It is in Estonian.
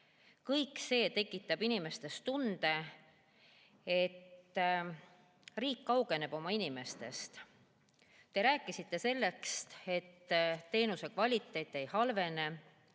Kõik see tekitab inimestes tunde, et riik kaugeneb oma inimestest. Te rääkisite sellest, et teenuse kvaliteet ei halvene.